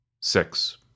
Six